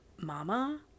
Mama